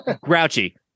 Grouchy